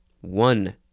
One